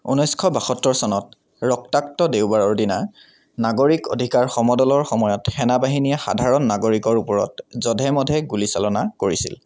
ঊনৈছশ বাসত্তৰ চনত ৰক্তাক্ত দেওবাৰৰ দিনা নাগৰিক অধিকাৰ সমদলৰ সময়ত সেনাবাহিনীয়ে সাধাৰণ নাগৰিকৰ ওপৰত জধে মধে গুলীচালনা কৰিছিল